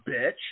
bitch